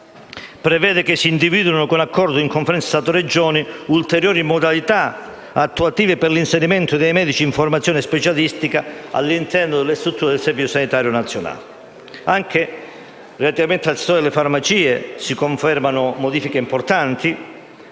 prevedendo che si individuino, con accordo in Conferenza Stato-Regioni, ulteriori modalità attuative per l'inserimento dei medici in formazione specialistica all'interno delle strutture del Servizio sanitario nazionale. Relativamente al settore delle farmacie si confermano modifiche importanti,